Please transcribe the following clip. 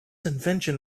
invention